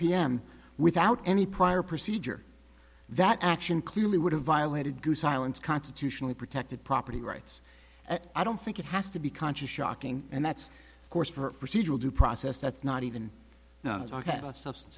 pm without any prior procedure that action clearly would have violated goose islands constitutionally protected property rights i don't think it has to be conscious shocking and that's course for procedural due process that's not even known as substance